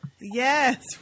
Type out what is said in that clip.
Yes